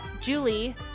julie